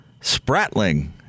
Spratling